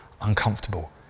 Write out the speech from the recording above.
uncomfortable